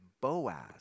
Boaz